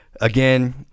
Again